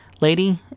lady